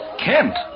Kent